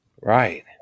Right